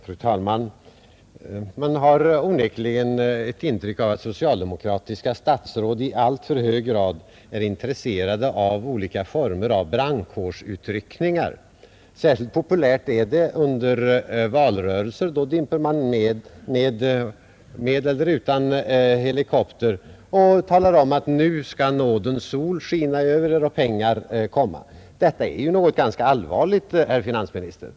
Fru talman! Man har onekligen ett intryck av att socialdemokratiska statsråd i alltför hög grad är intresserade av olika former av brandkårsutryckningar. Särskilt populärt är det under valrörelser. Då dimper man ner med eller utan helikopter och talar om att nu skall nådens sol skina över er och pengar komma. Detta är något ganska allvarligt, herr finansminister.